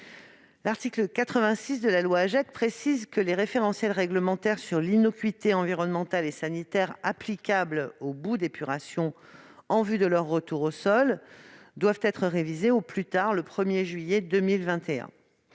L'article 86 de la loi AGEC précise que les référentiels réglementaires sur l'innocuité environnementale et sanitaire applicables aux boues d'épuration en vue de leur retour au sol doivent être révisés au plus tard le 1 juillet 2021.